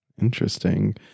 Interesting